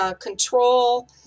control